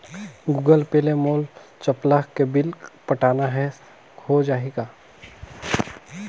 Google Pay ले मोल चपला के बिल पटाना हे, हो जाही का?